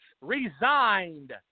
resigned